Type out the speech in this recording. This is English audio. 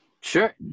Sure